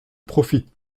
profite